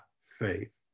faith